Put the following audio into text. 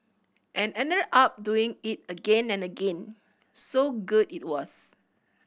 and ended up doing it again and again so good it was